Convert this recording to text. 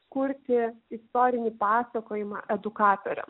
kurti istorinį pasakojimą edukatoriam